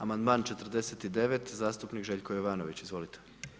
Amandman 49 zastupnik Željko Jovanović, izvolite.